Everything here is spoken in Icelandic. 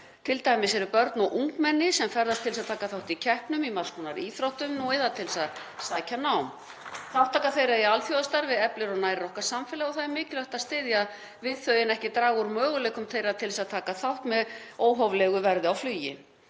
ferðast börn og ungmenni til að taka þátt í keppnum í margs konar íþróttum eða til að sækja nám. Þátttaka þeirra í alþjóðastarfi eflir og nærir okkar samfélag og það er mikilvægt að styðja við þau en ekki draga úr möguleikum þeirra til að taka þátt með óhóflegu verði á flugi.